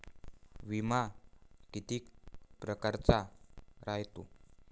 बिमा कितीक परकारचा रायते?